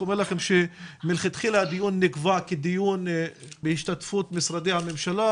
רק אומר שמלכתחילה הדיון נקבע כדיון בהשתתפות משרדי הממשלה